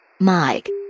Mike